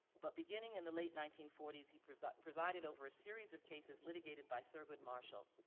but beginning in the late nineteen forty s, he presided presided over a series of cases litigated by thurgood marshall.